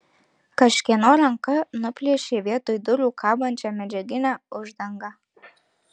kažkieno ranka nuplėšė vietoj durų kabančią medžiaginę uždangą